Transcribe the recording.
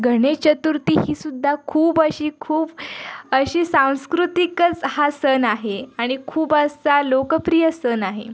गणेशचतुर्थी ही सुद्धा खूप अशी खूप अशी सांस्कृतिकच हा सण आहे आणि खूप असा लोकप्रिय सण आहे